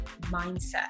mindset